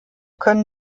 können